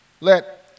let